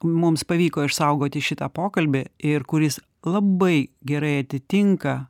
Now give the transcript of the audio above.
mums pavyko išsaugoti šitą pokalbį ir kuris labai gerai atitinka